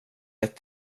ett